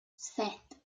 set